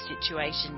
situation